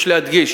יש להדגיש